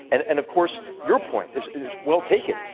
and and of course, your point is is well taken.